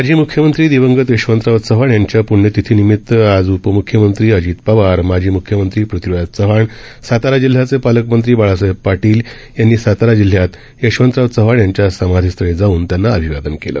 माजी मुख्यमंत्री दिवंगत यशवंतराव चव्हाण यांच्या पृण्यतिथी निमित आज उपमुख्यमंत्री अजित पवार माजी मुख्यमंत्री पृथ्वीराज चव्हाण सातारा जिल्ह्याचे पालकमंत्री बाळासाहेब पाटील यांनी सातारा जिल्ह्यात यशवंतराव चव्हाण यांच्या समाधीस्थळी जाऊन त्यांना अभिवादन केलं